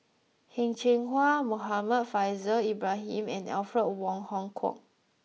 Heng Cheng Hwa Muhammad Faishal Ibrahim and Alfred Wong Hong Kwok